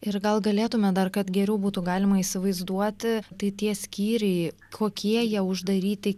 ir gal galėtume dar kad geriau būtų galima įsivaizduoti tai tie skyriai kokie jie uždaryti